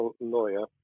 lawyer